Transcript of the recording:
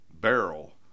barrel